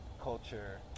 culture